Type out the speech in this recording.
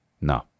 no